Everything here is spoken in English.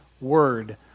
word